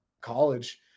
college